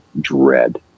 dread